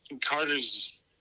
Carter's